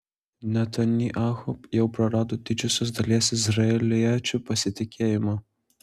netanyahu jau prarado didžiosios dalies izraeliečių pasitikėjimą